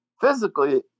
Physically